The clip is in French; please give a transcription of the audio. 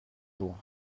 jours